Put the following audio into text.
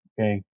okay